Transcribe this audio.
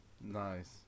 Nice